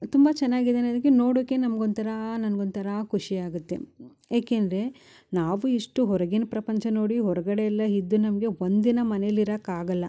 ತುಂಬ ಚೆನ್ನಾಗಿದೆ ಅನ್ನದಕೆ ನೋಡೋಕೆ ನಮ್ಗ ಒಂಥರ ನನ್ಗ ಒಂಥರ ಖುಷಿ ಆಗುತ್ತೆ ಯಾಕೆ ಅಂದರೆ ನಾವು ಎಷ್ಟೊ ಹೊರ್ಗಿನ ಪ್ರಪಂಚ ನೋಡಿ ಹೊರಗಡೆ ಎಲ್ಲ ಇದ್ದು ನಮಗೆ ಒಂದಿನ ಮನೆಲಿ ಇರಕ್ಕೆ ಆಗಲ್ಲ